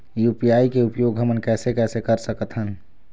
UPI के उपयोग हमन कैसे कैसे कर सकत हन?